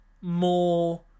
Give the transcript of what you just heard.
more